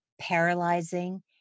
paralyzing